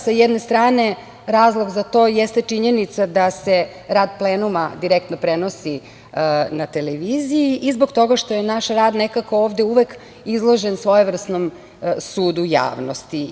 Sa jedne strane, razlog za to jeste činjenica da se rad plenuma direktno prenosi na televiziji i zbog toga što je naš rad nekako ovde uvek izložen svojevrsnom sudu javnosti.